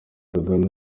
kagame